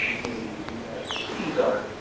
namely caesar,